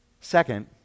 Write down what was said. Second